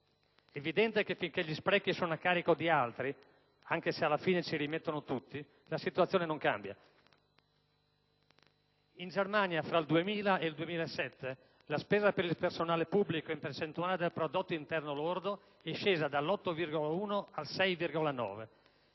evidente che finché gli sprechi sono a carico di altri, anche se alla fine ci rimettono tutti, la situazione non cambia. In Germania, fra il 2000 e il 2007, la spesa per il personale pubblico, in percentuale del prodotto interno lordo, è scesa dall'8,1 al 6,9.